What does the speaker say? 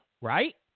right